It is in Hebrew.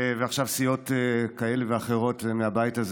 עכשיו סיעות כאלה ואחרות מהבית הזה